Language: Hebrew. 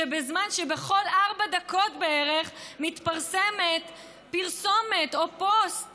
שבזמן שבכל ארבע דקות בערך מתפרסמים פרסומת או פוסט